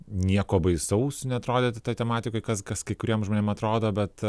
nieko baisaus neatrodyti toj tematikoj kas kas kai kuriem žmonėms atrodo bet